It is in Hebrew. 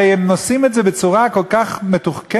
הרי הם עושים את זה בצורה כל כך מתוחכמת